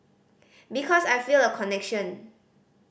because I feel a connection